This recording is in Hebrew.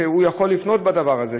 שיוכל לפנות בדבר הזה,